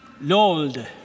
Lord